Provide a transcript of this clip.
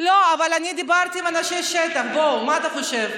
אבל אני דיברתי עם אנשי שטח, בוא, מה אתה חושב?